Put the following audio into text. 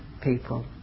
people